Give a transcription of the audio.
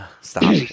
Stop